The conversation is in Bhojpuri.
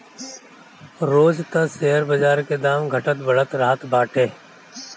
रोज तअ शेयर बाजार के दाम घटत बढ़त रहत बाटे